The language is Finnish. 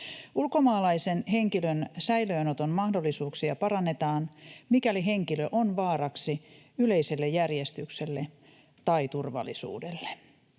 Ulkomaalaisen henkilön säilöönoton mahdollisuuksia parannetaan, mikäli henkilö on vaaraksi yleiselle järjestykselle tai turvallisuudelle.